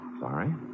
Sorry